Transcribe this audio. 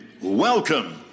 welcome